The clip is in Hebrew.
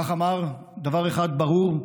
כך אמר: "דבר אחד ברור: